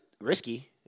risky